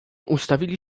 ustawili